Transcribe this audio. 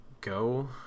go